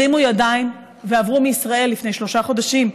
הרימו ידיים ועברו מישראל לפני שלושה חודשים,